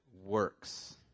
works